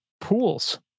pools